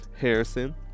Harrison